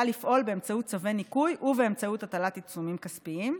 לפעול באמצעות צווי ניקוי ובאמצעות הטלת עיצומים כספיים,